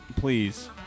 Please